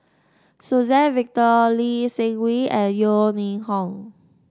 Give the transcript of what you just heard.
Suzann Victor Lee Seng Wee and Yeo Ning Hong